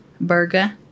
burger